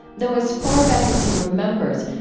though, as far back as he remembers,